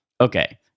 Okay